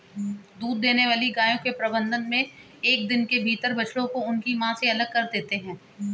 दूध देने वाली गायों के प्रबंधन मे एक दिन के भीतर बछड़ों को उनकी मां से अलग कर देते हैं